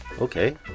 okay